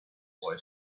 boy